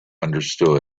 understood